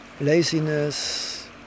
laziness